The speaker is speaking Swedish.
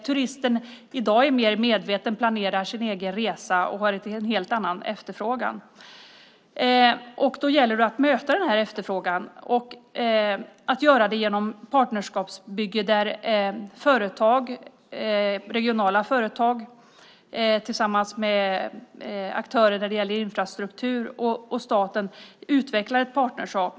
Turisten i dag är mer medveten och planerar sin egen resa och har en helt annan efterfrågan. Då gäller det att möta denna efterfrågan och göra det genom ett partnerskapsbygge där regionala företag tillsammans med aktörer när det gäller infrastruktur och staten utvecklar ett partnerskap.